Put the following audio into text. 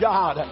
God